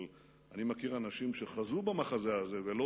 אבל אני מכיר אנשים שחזו במחזה הזה ולא